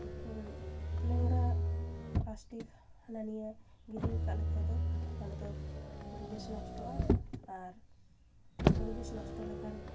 ᱯᱷᱩᱲᱩᱜ ᱱᱚᱝᱨᱟ ᱯᱞᱟᱥᱴᱤᱠ ᱦᱟᱱᱟ ᱱᱤᱭᱟᱹ ᱜᱤᱰᱤ ᱠᱟᱜ ᱞᱮᱠᱷᱟᱱ ᱫᱚ ᱛᱟᱦᱚᱞᱮ ᱫᱚ ᱯᱚᱨᱤᱵᱮᱥ ᱱᱚᱥᱴᱚᱜᱼᱟ ᱟᱨ ᱯᱚᱨᱤᱵᱮᱥ ᱱᱚᱥᱴᱚ ᱞᱮᱠᱷᱟᱱ